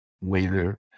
waiter